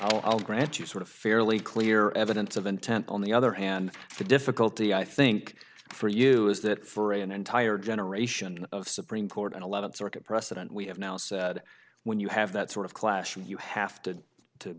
versus i'll grant you sort of fairly clear evidence of intent on the other hand the difficulty i think for you is that for an entire generation of supreme court an eleventh circuit precedent we have now said when you have that sort of clash and you have to to